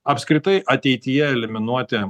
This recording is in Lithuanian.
apskritai ateityje eliminuoti